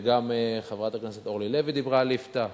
וגם חברת הכנסת אורלי לוי דיברה על ליפתא,